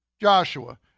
Joshua